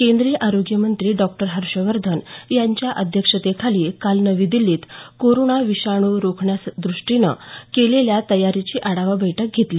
केंद्रीय आरोग्यमंत्री डॉक्टर हर्षवर्धन यांच्या अध्यक्षतेखाली काल नवी दिल्लीत कोरोना विषाणू रोखण्याच्याद्रष्टीनं केलेल्या तयारीची आढावा बैठक घेतली